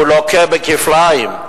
הוא לוקה כפליים,